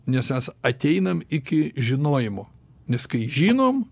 nes mes ateinam iki žinojimo nes kai žinom